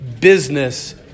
business